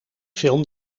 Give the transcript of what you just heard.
film